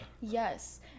Yes